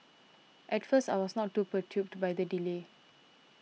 at first I was not too perturbed by the delay